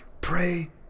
pray